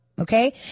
Okay